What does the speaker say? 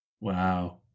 Wow